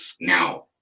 Now